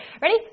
Ready